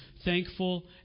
Thankful